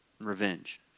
revenge